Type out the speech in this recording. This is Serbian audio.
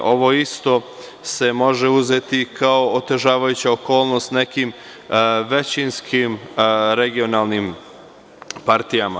Ovo isto se može uzeti kao otežavajuća okolnost nekim većinskim regionalnim partijama.